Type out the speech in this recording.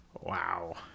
Wow